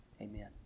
Amen